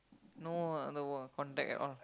no uh I never contact at all